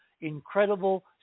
incredible